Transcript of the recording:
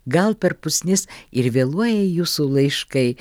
gal per pusnis ir vėluoja jūsų laiškai